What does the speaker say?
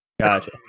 gotcha